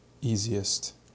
easiest